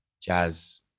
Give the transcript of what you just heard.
jazz